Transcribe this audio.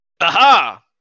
Aha